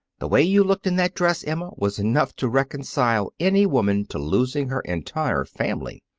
the way you looked in that dress, emma, was enough to reconcile any woman to losing her entire family.